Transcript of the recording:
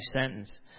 sentence